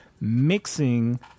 mixing